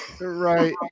Right